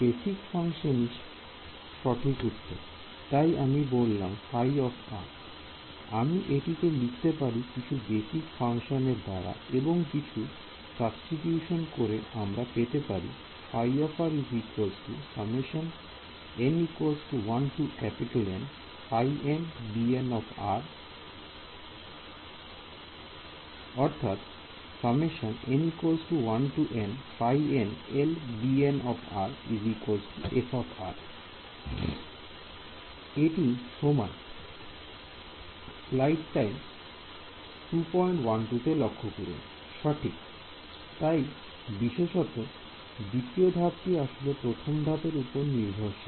basic function ই সঠিক উত্তর তাই আমি বললাম ϕ আমি এটিকে লিখতে পারি কিছু বেসিক ফাংশন এর দ্বারা এবং কিছু সাবস্টিটিউশন করে আমরা পেতে পারি এটি সমান সঠিক তাই বিশেষত দ্বিতীয় ধাপটি আসলে প্রথম ধাপের উপর নির্ভরশীল